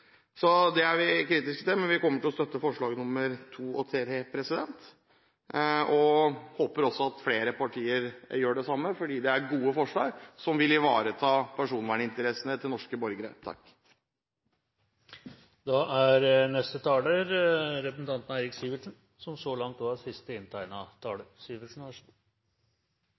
Det er vi kritiske til, men vi kommer til å støtte forslag nr. 2 og forslag nr. 3. Vi håper at flere partier gjør det samme, fordi det er gode forslag, som vil ivareta personverninteressene til norske borgere. Jeg er enig med siste taler i at den teknologiske utviklingen har gitt oss alle fantastiske nye muligheter, og